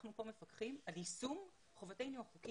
אנחנו פה מפקחים על יישום חובתנו החוקית,